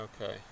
Okay